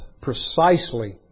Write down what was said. Precisely